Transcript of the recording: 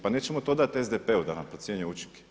Pa nećemo to dati SDP-u da nam procjenjuje učinke.